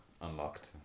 unlocked